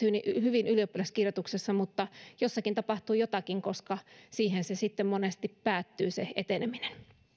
hyvin ylioppilaskirjoituksissa mutta jossakin tapahtuu jotakin koska siihen se eteneminen sitten monesti päättyy